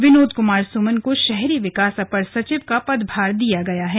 विनोद कुमार सुमन को शहरी विकास अपर सचिव का पदभार दिया गया है